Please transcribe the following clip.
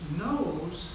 knows